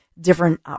different